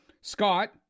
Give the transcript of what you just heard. Scott